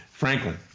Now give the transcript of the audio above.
Franklin